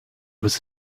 was